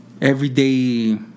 everyday